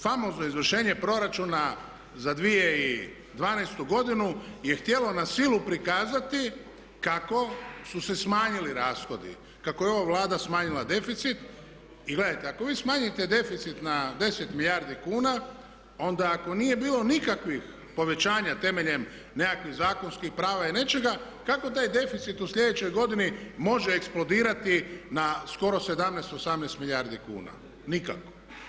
Famozno izvršenje Proračuna za 2012. je hitjelo na silu prikazati kako su se smanjili rashodi, kako je ova Vlada smanjila deficit i gledajte ako vi smanjite deficit na 10 milijardi kuna onda ako nije bilo nikakvih povećanja temeljem nekakvih zakonskih prava i nečega kako taj deficit u sljedećoj godini može eksplodirati na skoro 17, 18 milijardi kuna, nikako.